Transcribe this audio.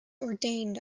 ordained